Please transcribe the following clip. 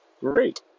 great